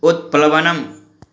उत्प्लवनम्